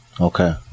Okay